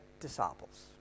disciples